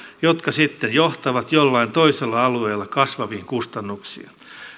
jotka sitten johtavat jollain toisella alueella kasvaviin kustannuksiin